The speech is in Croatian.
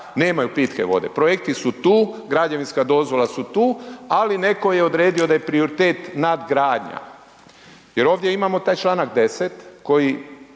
nemaju pitke vode. Projekti su tu, građevinska dozvola je tu ali netko je odredio da je prioritet nadgradnja. Jer ovdje imamo taj članak 10. koji